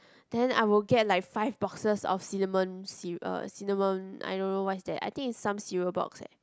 then I will get like five boxes of cinnamon c~ uh cinnamon I don't know what is that I think is some cereal box eh